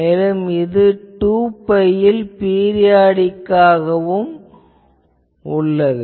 மேலும் இது 2 பை யில் பீரியாடிக் ஆக உள்ளது